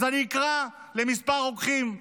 אז אני אקרא לכמה רוקחים.